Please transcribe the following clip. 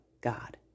God